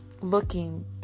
looking